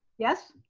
yes.